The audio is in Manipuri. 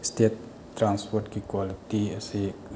ꯁ꯭ꯇꯦꯠ ꯇ꯭ꯔꯥꯟꯁꯄꯣꯠꯀꯤ ꯀ꯭ꯋꯥꯂꯤꯇꯤ ꯑꯁꯤ